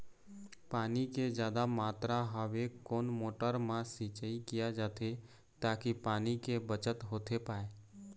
पानी के जादा मात्रा हवे कोन मोटर मा सिचाई किया जाथे ताकि पानी के बचत होथे पाए?